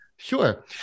Sure